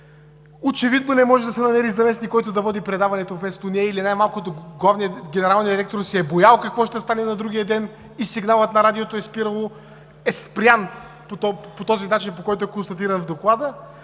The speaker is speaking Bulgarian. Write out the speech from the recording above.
очевидно не може да се намери заместник, който да води предаването вместо нея, или най-малко генералният директор се е боял какво ще стане на другия ден, и сигналът на Радиото е спрян по този начин, по който е констатирано в Доклада,